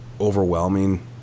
overwhelming